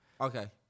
Okay